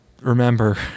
remember